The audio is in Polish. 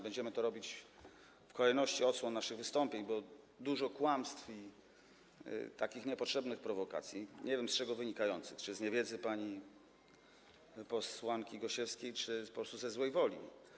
Będziemy to robić w kolejnych odsłonach naszych wystąpień, bo było dużo kłamstw i niepotrzebnych prowokacji, nie wiem, z czego wynikających, czy z niewiedzy pani posłanki Gosiewskiej, czy po prostu ze złej woli.